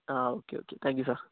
ആ okay okay thank you sir